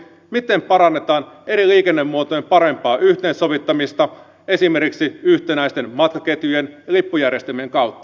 miten parannetaan eri liikennemuotojen parempaa yhteensovittamista esimerkiksi yhtenäisten matkaketjujen ja lippujärjestelmien kautta